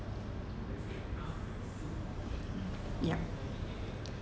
yup